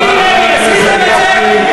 מיקי לוי, עשיתם את זה?